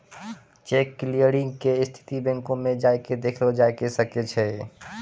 cheque clearing के स्थिति बैंको मे जाय के देखलो जाय सकै छै